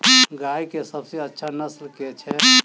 गाय केँ सबसँ अच्छा नस्ल केँ छैय?